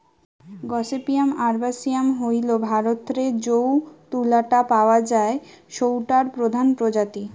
gossypium arboreum হইল ভারতরে যৌ তুলা টা পাওয়া যায় সৌটার প্রধান প্রজাতি